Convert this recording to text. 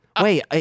Wait